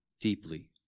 deeply